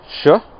sure